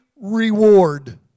reward